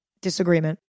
disagreement